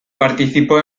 participó